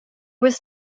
was